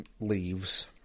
leaves